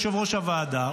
שהוא יושב-ראש הוועדה,